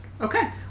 Okay